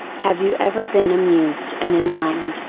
have you ever been amused and enlightened,